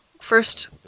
first